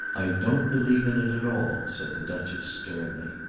i don't believe in it at all, said the duchess sternly.